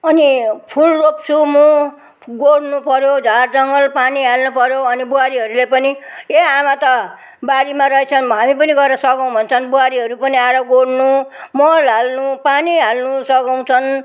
अनि फुल रोप्छु म गोड्नु पऱ्यो झार जङ्गल पानी हाल्न पऱ्यो अनि बुहारीहरूले पनि ए आमा त बारीमा रहेछ हामी पनि गएर सघाउ भन्छन् बुहारीहरू पनि आएर गोड्नु मल हाल्नु पानी हाल्नु सघाउछन्